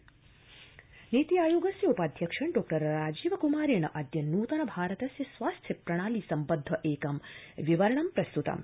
नीति विवरणम नीति आयोगस्य उपाध्यक्षेण डॉ राजीव क्मारेण अद्य नूतन भारतस्य स्वास्थ्य प्रणाली संबद्ध एकं विवरणं प्रस्तुतम्